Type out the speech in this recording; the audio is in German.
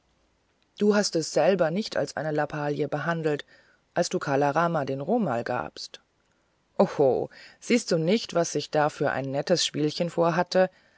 du hast es selber nicht als eine lappalie behandelt als du kala rama den romal gabst o ho siehst du nicht was ich da für ein nettes spielchen